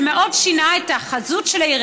זה מאוד שינה את החזות של העיר,